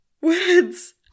Words